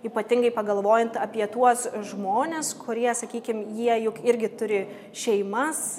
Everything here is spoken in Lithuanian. ypatingai pagalvojant apie tuos žmones kurie sakykim jie juk irgi turi šeimas